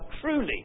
truly